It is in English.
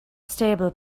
stable